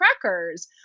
crackers